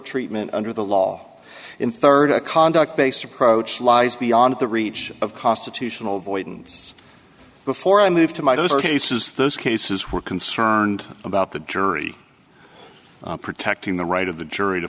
treatment under the law in third a conduct based approach lies beyond the reach of constitutional void and before i move to my those are cases those cases we're concerned about the jury protecting the right of the jury to